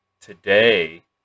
today